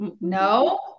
No